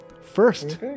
first